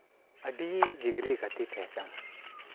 ᱟᱹᱰᱤ ᱡᱤᱜᱽᱨᱤ ᱜᱟᱛᱮᱭ ᱛᱟᱦᱮᱸ ᱠᱟᱱᱟ